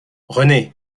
rené